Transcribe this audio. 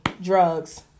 drugs